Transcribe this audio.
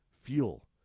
fuel